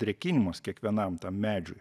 drėkinimas kiekvienam medžiui